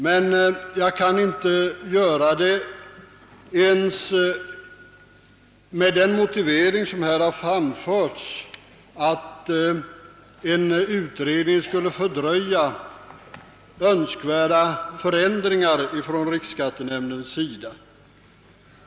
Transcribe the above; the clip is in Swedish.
Men jag kan inte göra det ens med den motivering, som här har framförts, att en utredning skulle fördröja önskvärda förändringar från riksskattenämndens sida.